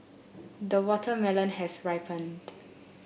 the watermelon has ripened